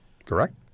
correct